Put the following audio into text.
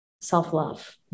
self-love